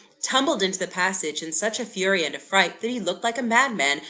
tumbled into the passage in such a fury and fright that he looked like a madman,